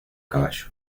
caballo